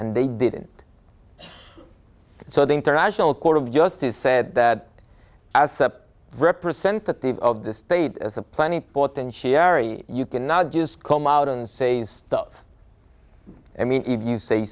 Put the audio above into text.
and they didn't so the international court of justice said that as a representative of the state as a plenty and sherry you cannot just come out and say stuff i mean if you say